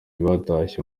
batashye